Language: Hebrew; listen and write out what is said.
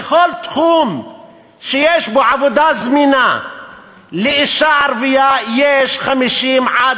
בכל תחום שיש בו עבודה זמינה לאישה ערבייה יש 50 100 מועמדות.